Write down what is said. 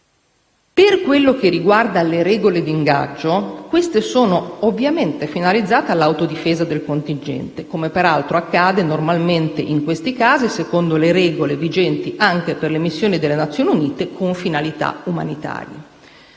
Per quanto riguarda le regole di ingaggio, queste sono ovviamente finalizzate all'autodifesa del contingente, come peraltro accade normalmente in questi casi secondo le regoli vigenti anche per le missioni delle Nazioni Unite aventi finalità umanitarie.